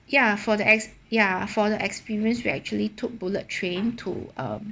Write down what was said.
ya for the ex~ ya for the experience we actually took bullet train to um